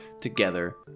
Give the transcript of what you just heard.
together